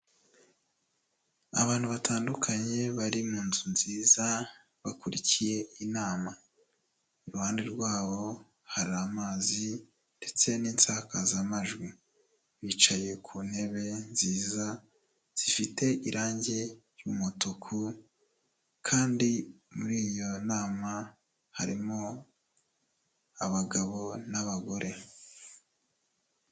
Abantu batandukanye bari mu nzu nziza bakurikiye inama, iruhande rwabo hari amazi ndetse n'insakazamajwi. Bicaye ku ntebe nziza zifite irange ry'umutuku kandi muri iyo nama harimo abagabo n'abagore.